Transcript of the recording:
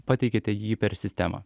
pateikiate jį per sistemą